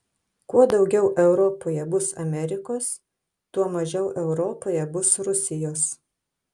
kuo daugiau europoje bus amerikos tuo mažiau europoje bus rusijos